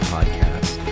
Podcast